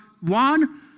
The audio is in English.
one